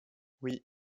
oui